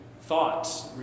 thoughts